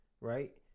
right